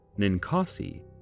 Ninkasi